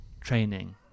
training